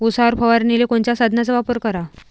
उसावर फवारनीले कोनच्या साधनाचा वापर कराव?